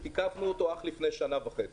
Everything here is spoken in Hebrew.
לפעמים לעבור בבמפר ולפעמים לא,